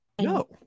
No